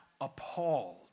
appalled